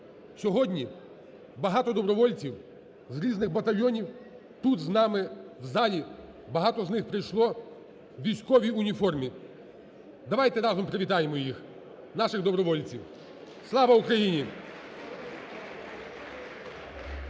Сьогодні багато добровольців з різних батальйонів тут з нами, в залі, багато з них прийшло в військовій уніформі. Давайте разом привітаємо їх, наших добровольців. Слава Україні!